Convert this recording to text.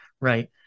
Right